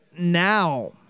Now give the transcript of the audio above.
Now